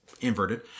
inverted